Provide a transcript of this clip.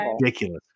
ridiculous